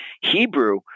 Hebrew